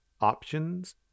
options